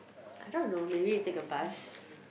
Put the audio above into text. I don't know maybe you take a bus